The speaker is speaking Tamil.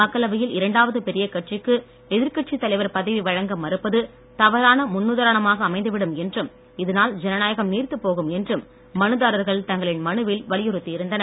மக்களவையில் இரண்டாவது பெரிய கட்சிக்கு எதிர்க்கட்சித் தலைவர் பதவி வழங்க மறுப்பது தவறான முன்னுதாரணமாக அமைந்துவிடும் என்றும் இதனால் ஜனநாயகம் நீர்த்துப் போகும் என்றும் மனுதாரர்கள் தங்களின் மனுவில் வலியுறுத்தி இருந்தனர்